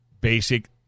basic